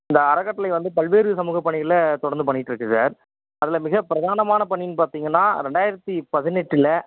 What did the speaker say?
இந்த அறக்கட்டளை வந்து பல்வேறு சமூக பணிகளில் தொடர்ந்து பண்ணிக்கிட்டு இருக்குது சார் அதில் மிக பிரதானமான பணின்னு பார்த்தீங்கன்னா ரெண்டாயிரத்தி பதினெட்டில்